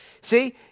See